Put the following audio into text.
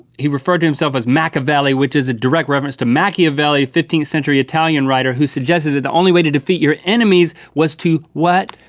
he referred to himself as makaveli, which is a direct reference to machiavelli, fifteenth century italian writer who suggested that the only way to defeat your enemies was to, what?